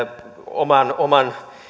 oman oman